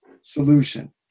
solution